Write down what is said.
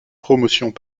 promotions